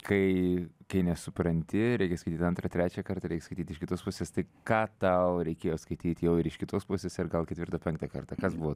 kai kai nesupranti reikia skaityt antrą trečią kartą reik skaityt iš kitos pusės tai ką tau reikėjo skaityt jau ir iš kitos pusės ir gal ketvirtą penktą kartą kas buvo